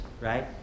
right